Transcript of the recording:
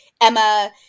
Emma